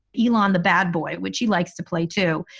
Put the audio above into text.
elong, the bad boy, which he likes to play to,